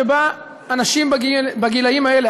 שבה אנשים בגילים האלה,